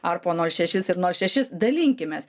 ar po nol šešis ir nol šešis dalinkimės